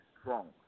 strong